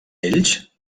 ells